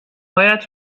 هایت